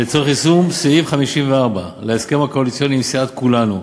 לצורך יישום סעיף 54 להסכם הקואליציוני עם סיעת כולנו,